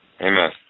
Amen